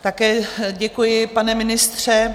Také děkuji, pane ministře.